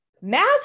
math